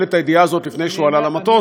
את הידיעה הזאת לפני שהוא עלה למטוס,